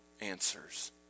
answers